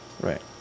Right